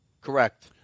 Correct